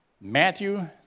Matthew